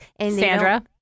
Sandra